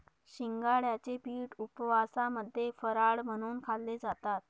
शिंगाड्याचे पीठ उपवासामध्ये फराळ म्हणून खाल्ले जातात